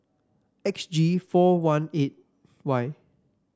X G four one eight Y